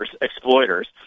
exploiters